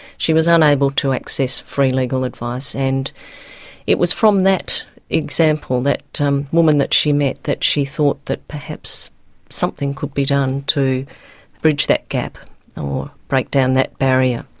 she was unable to access free legal advice. and it was from that example, that um woman that she met, that she thought that perhaps something could be done to bridge that gap or break down that barrier.